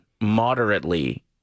moderately